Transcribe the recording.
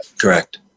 Correct